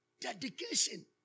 Dedication